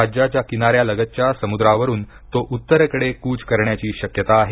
राज्याच्या किनार्याचलगतच्या समुद्रावरून तो उत्तरेकडे कूच करण्याची शक्यता आहे